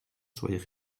soient